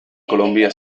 colombia